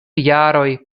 jaroj